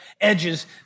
edges